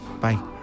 bye